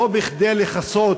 לא כדי לכסות